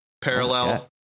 parallel